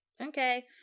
okay